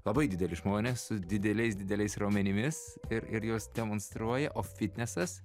labai dideli žmonės su dideliais dideliais raumenimis ir ir juos demonstruoja o fitnesas